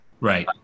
Right